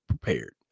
prepared